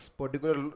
particular